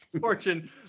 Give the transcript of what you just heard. fortune